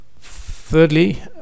thirdly